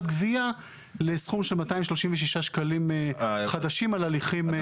גבייה לסכום של 236 שקלים חדשים על ההליכים.